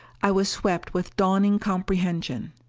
i was swept with dawning comprehension.